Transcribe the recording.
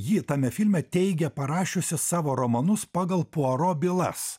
ji tame filme teigia parašiusi savo romanus pagal puaro bylas